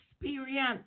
experience